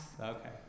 Okay